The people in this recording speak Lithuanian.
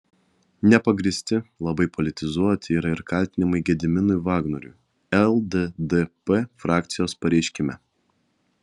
nepagrįsti labai politizuoti yra ir kaltinimai gediminui vagnoriui lddp frakcijos pareiškime